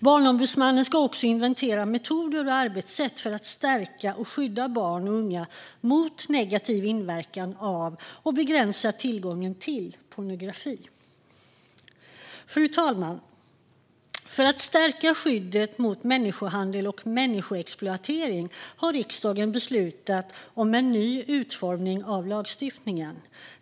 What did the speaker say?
Barnombudsmannen ska också inventera metoder och arbetssätt för att stärka och skydda barn och unga mot negativ inverkan av och begränsa tillgången till pornografi. Fru talman! För att stärka skyddet mot människohandel och människoexploatering har riksdagen beslutat om en ny utformning av lagstiftningen.